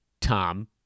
Tom